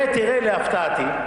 ותראה להפתעתי,